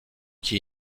qui